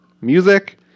Music